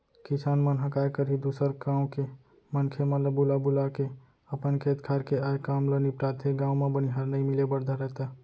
किसान मन ह काय करही दूसर गाँव के मनखे मन ल बुला बुलाके अपन खेत खार के आय काम ल निपटाथे, गाँव म बनिहार नइ मिले बर धरय त